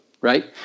right